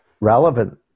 relevant